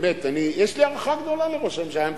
באמת, אני, יש לי הערכה גדולה לראש הממשלה.